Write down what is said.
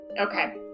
okay